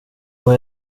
var